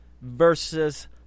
versus